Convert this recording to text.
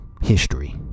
history